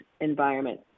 environment